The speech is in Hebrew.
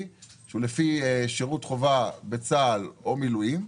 שהוא לפי שירות חובה בצה"ל או מילואים,